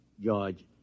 George